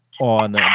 On